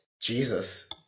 Jesus